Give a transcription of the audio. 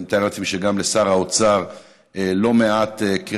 ואני מתאר לעצמי שגם לשר האוצר,